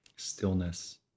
Stillness